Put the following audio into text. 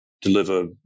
deliver